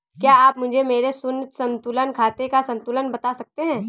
क्या आप मुझे मेरे शून्य संतुलन खाते का संतुलन बता सकते हैं?